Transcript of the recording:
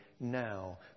now